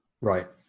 Right